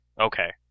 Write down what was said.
Okay